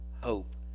hope